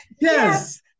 Yes